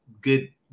good